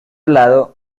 lado